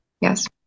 yes